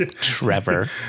Trevor